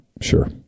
Sure